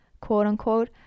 quote-unquote